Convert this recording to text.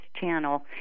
channel